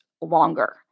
longer